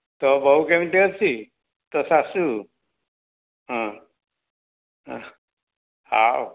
ତୋ ବୋଉ କେମିତି ଅଛି ତୋ ଶାଶୁ ହଁ ହଁ ହଉ